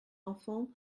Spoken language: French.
enfant